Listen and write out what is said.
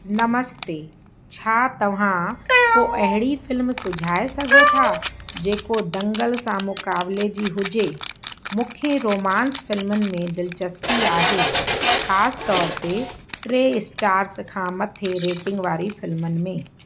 नमस्ते छा तव्हां को अहिड़ी फिल्म सुझाए सघो था जेको दंगल सां मुकाबिले जी हुजे मूंखे रोमांस फिल्मनि में दिलचस्पी आहे ख़ासि तौर ते टे स्टार्स खां मथे रेटिंग वारी फिल्मनि में